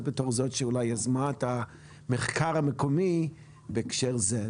בתור זאת שאולי יזמה את המחקר המקומי בהקשר זה.